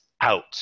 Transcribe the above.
out